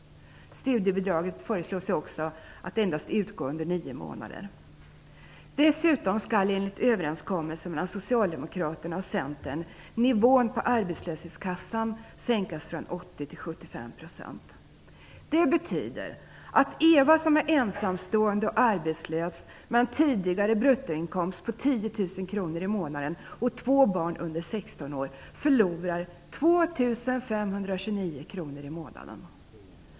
Man föreslår också att studiebidraget endast skall utgå under nio månader. Dessutom skall nivån på arbetslöshetskassan sänkas från 80 till 75 %, enligt en överenskommelse mellan Socialdemokraterna och Centern. Det betyder att Eva som är ensamstående och arbetslös med en tidigare bruttoinkomst på 10 000 kr i månaden och två barn under 16 år förlorar 2 529 kr i månaden.